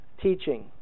teaching